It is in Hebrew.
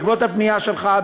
בעקבות הפנייה שלך,